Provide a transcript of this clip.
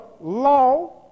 law